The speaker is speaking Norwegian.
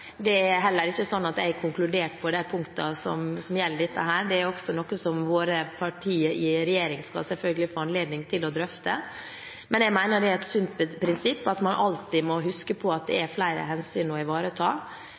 Det er heller ikke sånn at jeg har konkludert på de punktene som gjelder dette. Det er også noe som partiene i regjering selvfølgelig skal få anledning til å drøfte. Men jeg mener det er et sunt prinsipp at man alltid må huske på at det er flere hensyn å ivareta.